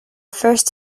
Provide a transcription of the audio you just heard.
first